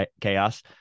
chaos